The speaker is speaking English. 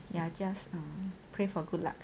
ya just pray for good luck